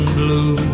blue